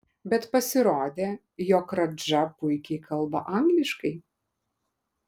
bet pasirodė jog radža puikiai kalba angliškai